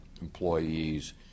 employees